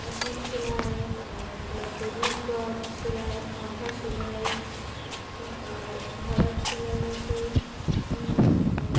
আসন সেলাই তারপর টেবিল ক্লথ সেলাই কাঁথা সেলাই আর ভরার সেলাই আছে